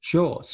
Sure